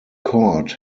court